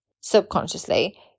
subconsciously